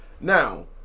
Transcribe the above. Now